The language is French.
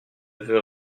veut